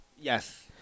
Yes